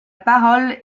parole